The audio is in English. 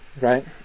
right